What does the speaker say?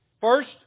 First